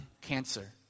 cancer